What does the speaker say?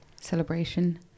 Celebration